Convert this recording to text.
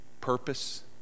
purpose